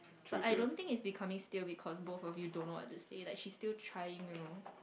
but I don't think it's becoming stale because both of you don't know what to say like she's still trying you know